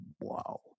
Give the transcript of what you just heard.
wow